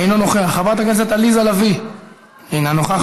אינו נוכח,